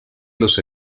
los